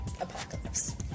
apocalypse